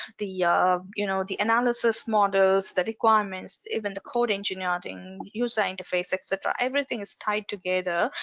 the you know the analysis models, the requirements even the code engineering, user interface etc everything is tied together.